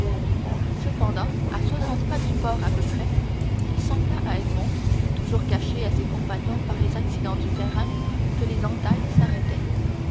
cependant à soixante pas du port à peu près il sembla à edmond toujours caché à ses compagnons par les accidents du terrain que les entailles s'arrêtaient